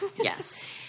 Yes